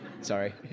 sorry